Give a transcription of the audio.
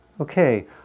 Okay